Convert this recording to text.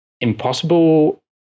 impossible